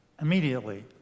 Immediately